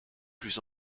plus